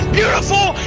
beautiful